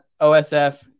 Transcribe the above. OSF